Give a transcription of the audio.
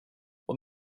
what